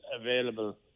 available